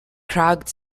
cracked